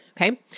okay